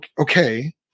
okay